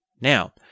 Now